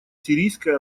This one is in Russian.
сирийской